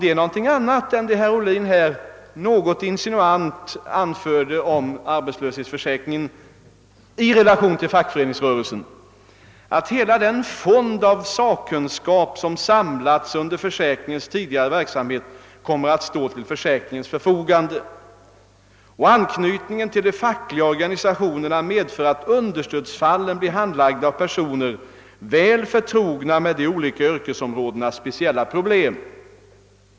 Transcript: Man framhöll — i motsats till herr Ohlins något insinuanta uttalande om arbetslöshetsförsäkringen i relation till fackföreningsrörelsen — att hela den fond av sakkunskap, som samlats under försäkringens tidigare verksamhet, kommer att stå till försäkringens förfogande och att anknytningen till de fackliga organisationerna medför att understödsfallen blir handlagda av personer väl förtrogna med de olika yrkesområdenas speciella problem.